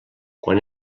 quan